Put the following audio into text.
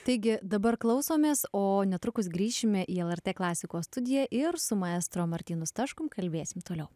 taigi dabar klausomės o netrukus grįšime į lrt klasikos studiją ir su maestro martynu staškum kalbėsim toliau